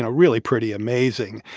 ah really pretty amazing.